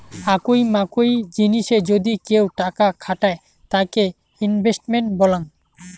আকুই মাকুই জিনিসে যদি কেউ টাকা খাটায় তাকে ইনভেস্টমেন্ট বলাঙ্গ